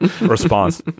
response